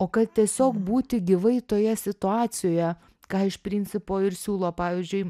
o kad tiesiog būti gyvai toje situacijoje ką iš principo ir siūlo pavyzdžiui